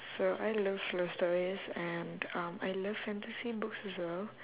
so I love love stories and um I love fantasy books as well